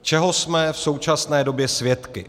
Čeho jsme v současné době svědky?